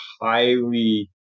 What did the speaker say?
highly